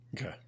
Okay